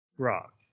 rock